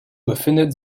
befindet